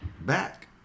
Back